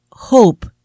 Hope